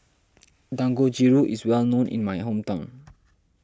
Dangojiru is well known in my hometown